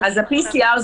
ה-PCR,